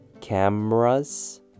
cameras